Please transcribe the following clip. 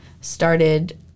started